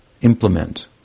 implement